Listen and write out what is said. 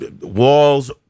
walls